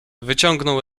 wyciągał